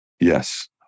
Yes